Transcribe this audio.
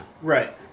Right